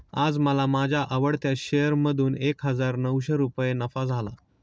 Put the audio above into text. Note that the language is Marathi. आज मला माझ्या आवडत्या शेअर मधून एक हजार नऊशे रुपये नफा झाला